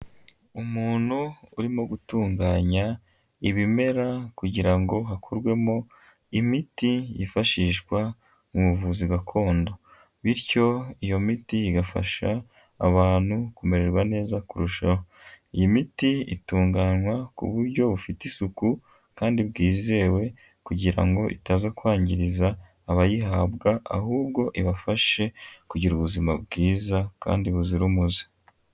Umuntu urimo gutunganya ibimera kugira ngo hakurwemo imiti yifashishwa mu buvuzi gakondo, bityo iyo miti igafasha abantu kumererwa neza kurushaho, iyi miti itunganywa ku buryo bufite isuku kandi bwizewe, kugira ngo itaza kwangiriza abayihabwa, ahubwo ibafashe kugira ubuzima bwiza kandi buzira umuze.